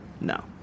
no